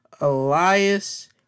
Elias